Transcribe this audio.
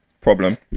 Problem